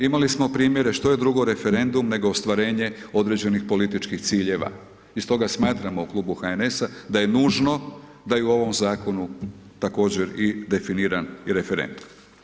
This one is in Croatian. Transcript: Imali smo primjere što je drugo referendum nego ostvarenje određenih političkih ciljeva, i stoga smatramo u Klubu HNS-a, da je nužno da i u ovom Zakonu, također i definiran i referendum.